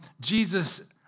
Jesus